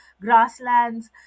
grasslands